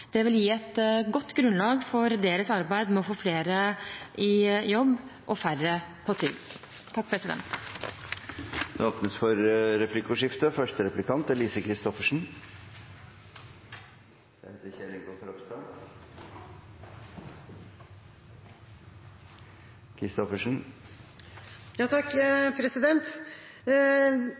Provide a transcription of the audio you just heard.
Det vil gi et godt grunnlag for deres arbeid med å få flere i jobb og færre på trygd. Det blir replikkordskifte. Når vi har hørt på debatten her i dag, kan det jo tyde på at det er